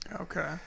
okay